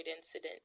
incident